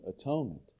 Atonement